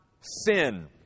sin